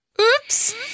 Oops